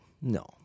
No